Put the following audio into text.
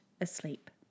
asleep